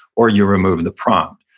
or you remove the prompt.